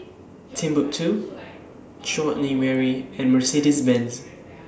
Timbuk two Chutney Mary and Mercedes Benz